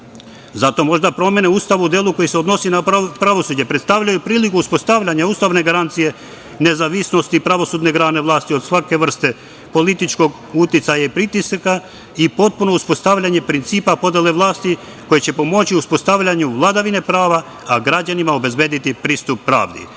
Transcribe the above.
Zato možda promene Ustavu u delu koji se odnosi na pravosuđe predstavljaju priliku uspostavljanja ustavne garancije nezavisnosti pravosudne grane vlasti od svake vrste političkog uticaja i pritisaka i potpuno uspostavljanje principa podele vlasti koja će pomoći uspostavljanju vladavine prava, a građanima obezbediti pristup pravdi. Radi